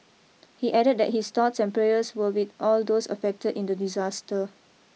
he added that his thoughts and prayers were with all those affected in the disaster